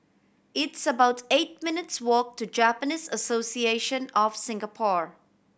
it's about eight minutes' walk to Japanese Association of Singapore